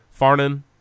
Farnan